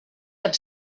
have